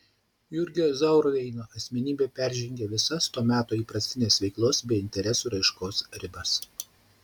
jurgio zauerveino asmenybė peržengė visas to meto įprastines veiklos bei interesų raiškos ribas